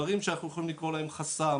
לדברים שאנחנו יכולים לקרוא להם חסם,